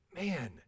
man